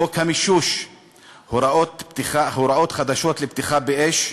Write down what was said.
חוק המישוש והוראות חדשות לפתיחה באש,